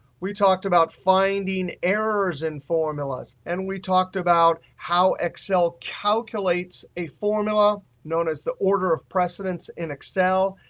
we talked about finding errors in formulas. and we talked about how excel calculates a formula known as the order of precedence in excel.